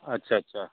আচ্ছা আচ্ছা